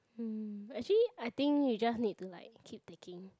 mm actually I think you just need to like keep taking